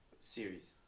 series